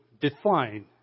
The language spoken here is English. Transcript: define